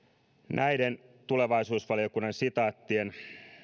näiden tulevaisuusvaliokunnan sitaattien